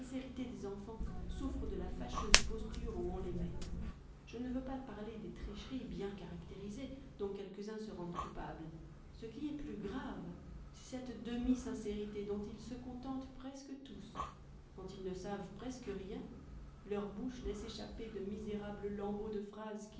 sincérité des enfants souffre de la fâcheuse posture où on les met je ne veux pas parler des tricheries bien caractérisées dont quelques-uns se rendent coupables ce qui est plus grave c'est cette demisincérité dont ils se contentent presque tous quand ils ne savent presque rien leur bouche laisse échapper de misérables lambeaux de phrases